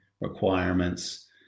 requirements